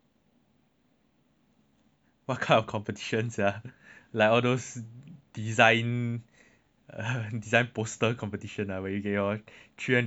what kind of competitions sia like all those design uh design poster competitions where you can earn three hundred C_I_P hours